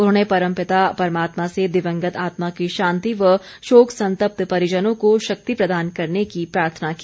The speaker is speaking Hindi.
उन्होंने परम पिता परमात्मा से दिवंगत आत्मा की शांति व शोक संतप्त परिजनों को शक्ति प्रदान करने की प्रार्थना की